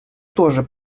тоже